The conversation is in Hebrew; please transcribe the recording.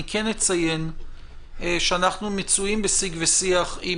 אני כן אציין שאנחנו מצויים בשיג ושיח עם